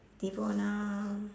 devona